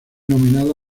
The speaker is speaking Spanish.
nominada